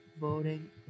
voting